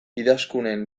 idazkunen